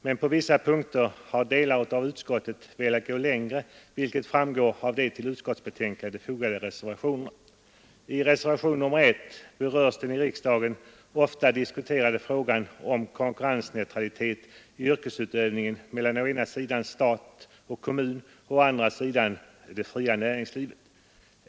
Men på vissa punkter har delar av utskottet velat sträcka sig längre, vilket framgår av de till utskottsbetänkandet fogade reservationerna. I reservationen 1 berörs den i riksdagen ofta diskuterade frågan om konkurrensneutralitet i yrkesutövning mellan å ena sidan stat och kommun och å andra sidan det fria näringslivet.